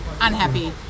unhappy